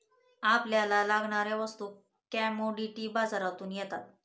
आपल्याला लागणाऱ्या वस्तू कमॉडिटी बाजारातून येतात